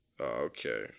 Okay